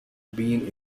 been